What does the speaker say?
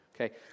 Okay